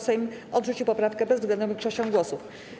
Sejm odrzucił poprawkę bezwzględną większością głosów.